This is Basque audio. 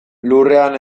lurrean